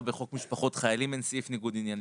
בחוק משפחות חיילים אין סעיף ניגוד עניינים.